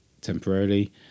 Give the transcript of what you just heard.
temporarily